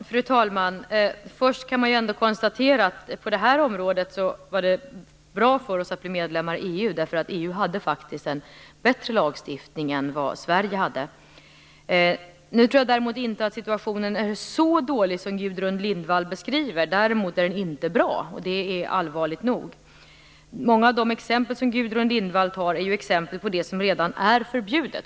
Fru talman! Först kan man ändå konstatera att det i fråga om detta område var bra att vi blev medlemmar i EU, eftersom EU hade en bättre lagstiftning än Sverige. Jag tror emellertid inte att situationen är så dålig som Gudrun Lindvall beskriver. Däremot är den inte bra, och det är allvarligt nog. Många av de exempel som Gudrun Lindvall tar upp är sådant som redan är förbjudet.